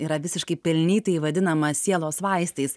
yra visiškai pelnytai vadinama sielos vaistais